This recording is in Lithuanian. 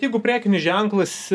jeigu prekinis ženklas